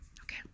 okay